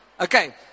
Okay